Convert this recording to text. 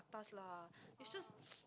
atas lah it's just